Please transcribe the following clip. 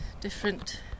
different